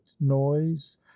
noise